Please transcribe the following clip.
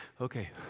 Okay